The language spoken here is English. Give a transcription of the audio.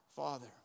Father